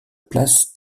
place